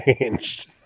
changed